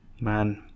man